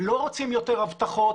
לא רוצים יותר הבטחות,